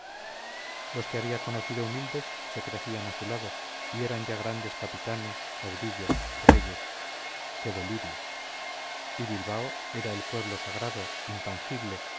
los que había conocido humildes se crecían a su lado y eran ya grandes capitanes caudillos reyes qué delirio y bilbao era el pueblo sagrado intangible